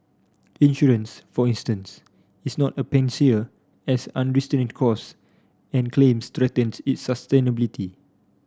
insurance for instance is not a panacea as unrestrained cost and claims threaten its sustainability